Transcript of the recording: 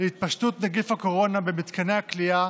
מהתפשטות נגיף הקורונה במתקני הכליאה,